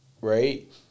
right